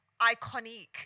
iconic